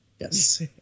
Yes